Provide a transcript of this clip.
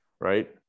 right